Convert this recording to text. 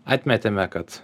atmetėme kad